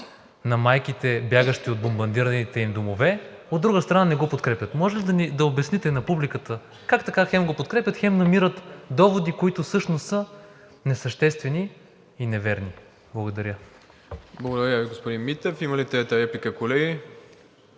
на майките, бягащи от бомбардираните им домове, от друга страна, не го подкрепят? Може ли да обясните на публиката как така хем го подкрепят, хем намират доводи, които всъщност са несъществени и неверни? Благодаря. ПРЕДСЕДАТЕЛ МИРОСЛАВ ИВАНОВ: Благодаря Ви, господин Митев. Има ли трета реплика?